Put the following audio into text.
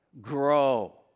Grow